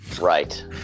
right